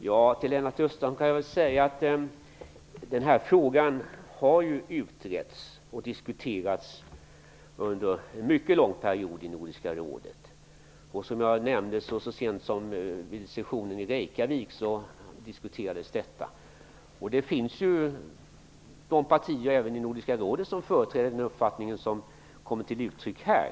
Herr talman! Denna fråga har utretts och diskuterats under en mycket lång period i Nordiska rådet, Som jag nämnde diskuterades detta så sent som vid diskussionen i Reykjavik. Det finns partier även i Nordiska rådet som företräder den uppfattning som kommer till uttryck här.